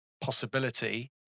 possibility